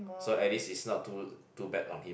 so at least is not too too bad of him